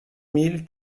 mille